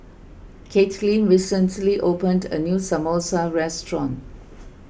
Caitlin recently opened a new Samosa restaurant